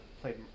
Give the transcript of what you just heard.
played